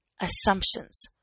assumptions